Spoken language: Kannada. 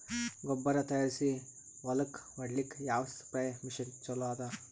ಗೊಬ್ಬರ ತಯಾರಿಸಿ ಹೊಳ್ಳಕ ಹೊಡೇಲ್ಲಿಕ ಯಾವ ಸ್ಪ್ರಯ್ ಮಷಿನ್ ಚಲೋ ಅದ?